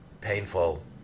painful